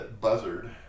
Buzzard